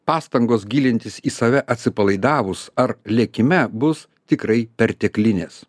pastangos gilintis į save atsipalaidavus ar lėkime bus tikrai perteklinės